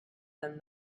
than